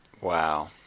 wow